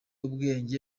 ubwenge